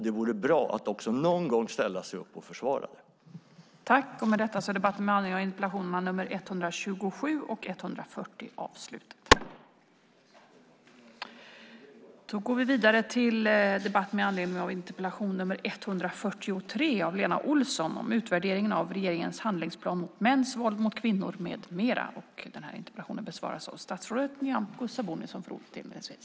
Det vore bra att också någon gång ställa sig upp och försvara det.